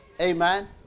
Amen